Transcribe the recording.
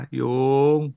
yung